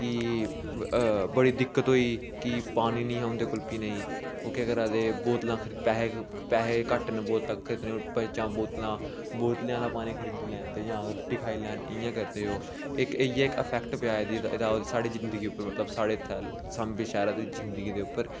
कि बड़ी दिक्कत होई कि पानी निं हा उं'दे कोल पीने ई ओह् केह् करा दे हे बोतलां पैसे पैसे घट्ट न बोतल खरीदने ई जां बोतलां बोतलां आह्ला पानी खरीदी लैन ते जां अगर रुट्टी खाई लैन इ'यां करदे ओह् इक इ'यै इक इफेक्ट पेआ एह्दा साढ़ी जिंदगी उप्पर मतलब साढ़े इ'त्थें साम्बै शैह्रे दी जिंदगी दे उप्पर